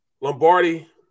Lombardi